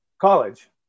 college